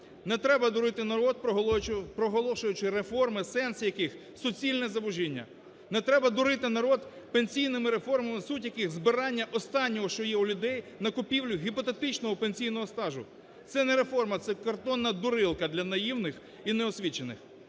Не треба дурити народ, проголошуючи реформи, сенс яких суцільне зубожіння. Не треба дурити народ пенсійними реформами суть яких збирання останнього, що є у людей, на купівлю гіпотетичного пенсійного стажу. Це не реформа – це "картонна дурилка" для наївних і неосвічених.